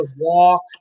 walk